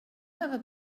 ever